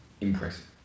impressive